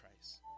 Christ